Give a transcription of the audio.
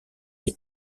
les